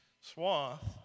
swath